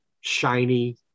shiny